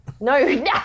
No